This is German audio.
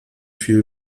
viel